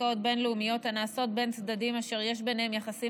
עסקאות בין-לאומיות הנעשות בין צדדים אשר יש ביניהם יחסים